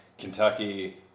Kentucky